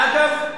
אגב,